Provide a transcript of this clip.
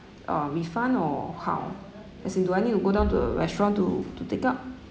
uh refund or how as in do I need to go down to restaurant to to take up